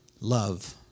love